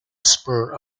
spur